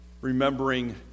remembering